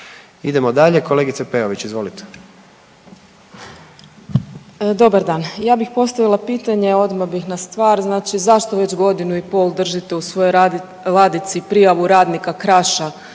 Idemo dalje, kolegice Peović izvolite.